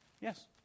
Yes